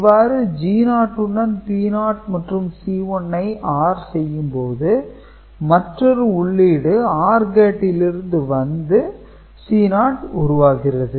இவ்வாறு G0 உடன் P0 மற்றும் C 1 ஐ OR செய்யும்போது மற்றொரு உள்ளீடு OR கேட்டிலிருந்து வந்து C0 உருவாகிறது